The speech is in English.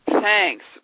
Thanks